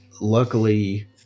Luckily